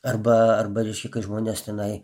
arba arba reiškia kai žmonės tenai